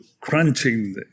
crunching